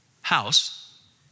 house